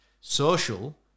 social